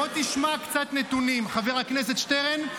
בוא תשמע קצת נתונים, חבר הכנסת שטרן.